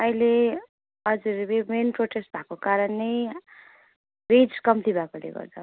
अहिले हजुर यो मेन प्रोटेस्ट भएको कारण नै वेज कम्ती भएकोले गर्दा हो